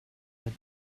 had